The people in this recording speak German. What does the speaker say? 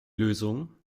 lösung